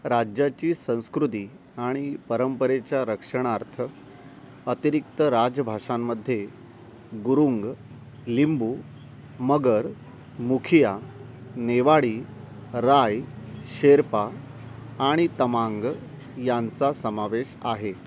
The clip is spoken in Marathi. राज्याची संस्कृती आणि परंपरेच्या रक्षणार्थ अतिरिक्त राजभाषांमध्ये गुरुंग लिंबू मगर मुखिया नेवाडी राय शेरपा आणि तमांग यांचा समावेश आहे